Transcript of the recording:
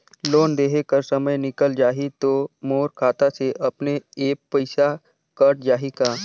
Loan देहे कर समय निकल जाही तो मोर खाता से अपने एप्प पइसा कट जाही का?